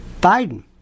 Biden